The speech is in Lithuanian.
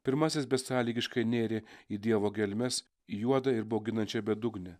pirmasis besąlygiškai nėrė į dievo gelmes į juodą ir bauginančią bedugnę